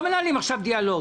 לא מנהלים עכשיו דיאלוג,